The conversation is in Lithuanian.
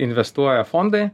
investuoja fondai